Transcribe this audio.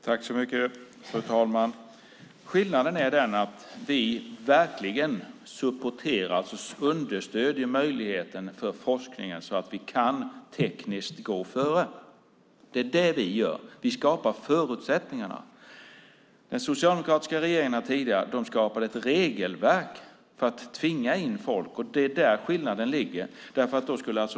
Fru talman! Skillnaden är den att vi verkligen understöder möjligheten för forskningen så att vi tekniskt kan gå före. Det är vad vi gör. Vi skapar förutsättningarna. Den tidigare socialdemokratiska regeringen skapade ett regelverk för att tvinga in folk. Det är där skillnaden ligger.